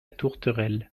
tourterelle